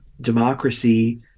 democracy